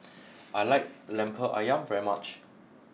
I like Lemper Ayam very much